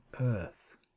earth